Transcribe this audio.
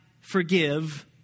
forgive